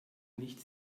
nicht